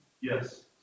Yes